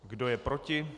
Kdo je proti?